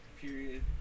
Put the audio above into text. period